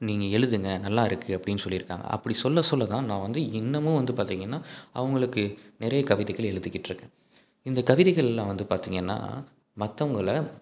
நீங்கள் எழுதுங்க நல்லா இருக்கு அப்படின்னு சொல்லி இருக்காங்க அப்படி சொல்ல சொல்ல தான் நான் வந்து இன்னமும் வந்து பார்த்திங்கனா அவங்களுக்கு நிறைய கவிதைகள் எழுதிக்கிட்ருக்கேன் இந்த கவிதைகள் எல்லாம் வந்து பார்த்திங்கனா மத்தவங்களை